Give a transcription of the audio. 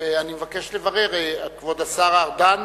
אני מבקש לברר: כבוד השר ארדן,